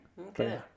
Okay